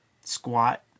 squat